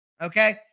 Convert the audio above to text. Okay